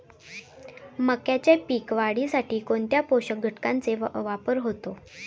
मक्याच्या पीक वाढीसाठी कोणत्या पोषक घटकांचे वापर होतो?